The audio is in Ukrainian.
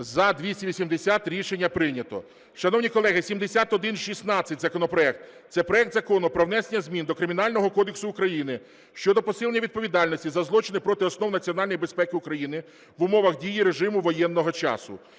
За-280 Рішення прийнято. Шановні колеги, законопроект 7116. Це проект Закону України "Про внесення змін до Кримінального кодексу України щодо посилення відповідальності за злочини проти основ національної безпеки України в умовах дії режиму воєнного стану".